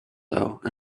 though